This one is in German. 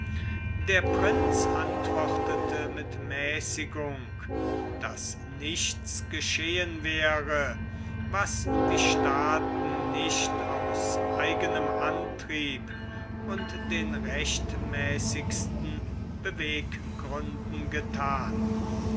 der prinz antwortete mit mäßigung daß nichts geschehen wäre was die staaten nicht aus eignem antrieb und den rechtmäßigsten beweggründen gethan